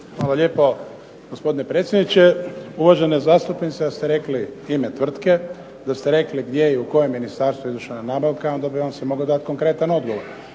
Hvala lijepo gospodine predsjedniče. Uvažena zastupnica da ste rekli ime tvrtke, da ste rekli gdje je i u kojem ministarstvu izvršena nabavka onda bi vam se mogao dati konkretan odgovor.